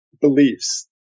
beliefs